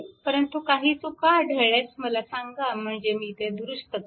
परंतु काही चुका आढळल्यास मला सांगा म्हणजे मी त्या दुरुस्त करीन